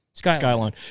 Skyline